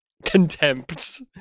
contempt